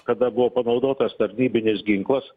kada buvo panaudotas tarnybinis ginklas